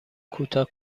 کوتاه